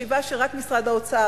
החשיבה שרק משרד האוצר,